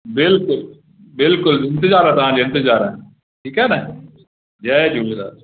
बिल्कुलु बिल्कुलु इंतिज़ारु आहे तव्हां जो इंतिज़ारु आहे ठीकु आहे न जय झूलेलाल